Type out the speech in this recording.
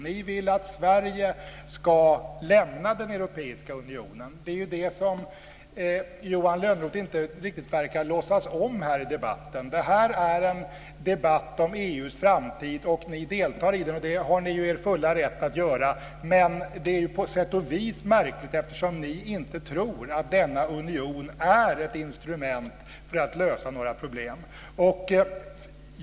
Ni vill att Sverige ska lämna den europeiska unionen. Det är ju det som Johan Lönnroth inte riktigt verkar låtsas om här i debatten. Det här är en debatt om EU:s framtid och ni deltar i den, och det är ni i er fulla rätt att göra. Men det är ju på sätt och vis märkligt eftersom ni inte tror att denna union är ett instrument för att lösa några problem.